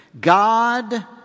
God